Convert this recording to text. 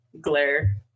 glare